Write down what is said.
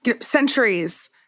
centuries